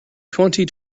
twenty